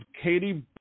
Katie